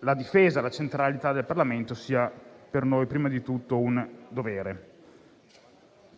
la difesa della centralità del Parlamento sia per noi prima di tutto un dovere.